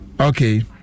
Okay